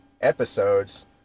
episodes